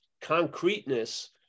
concreteness